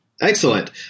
Excellent